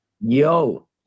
Yo